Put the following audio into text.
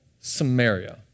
Samaria